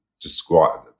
describe